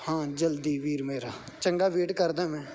ਹਾਂ ਜਲਦੀ ਵੀਰ ਮੇਰਾ ਚੰਗਾ ਵੇਟ ਕਰਦਾ ਮੈਂ